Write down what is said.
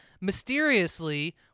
mysteriously